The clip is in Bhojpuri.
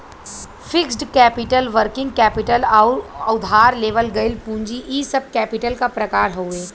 फिक्स्ड कैपिटल वर्किंग कैपिटल आउर उधार लेवल गइल पूंजी इ सब कैपिटल क प्रकार हउवे